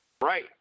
Right